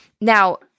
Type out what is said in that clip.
Now